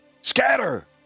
Scatter